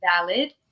valid